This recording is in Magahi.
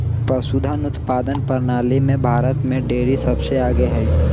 पशुधन उत्पादन प्रणाली में भारत में डेरी सबसे आगे हई